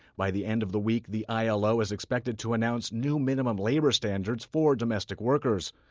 by the end of the week, the ilo is expected to announce new minimum labor standards for domestic workers.